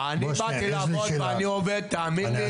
אני באתי לעבוד ואני עובד תאמין לי.